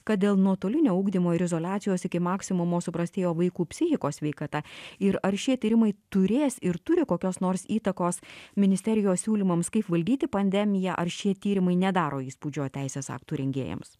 kad dėl nuotolinio ugdymo ir izoliacijos iki maksimumo suprastėjo vaikų psichikos sveikata ir ar šie tyrimai turės ir turi kokios nors įtakos ministerijos siūlymams kaip valdyti pandemija ar šie tyrimai nedaro įspūdžio teisės aktų rengėjams